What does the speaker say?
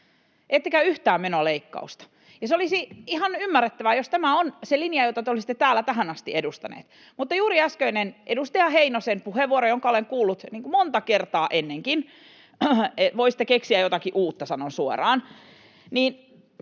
ettekä yhtään menoleikkausta. Ja se olisi ihan ymmärrettävää, jos tämä on se linja, jota te olisitte täällä tähän asti edustaneet, mutta toisin kuin juuri äskeinen edustaja Heinosen puheenvuoro, jonka olen kuullut monta kertaa ennenkin — voisitte keksiä jotakin uutta, sanon suoraan